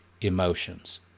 emotions